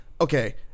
okay